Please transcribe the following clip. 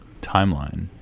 timeline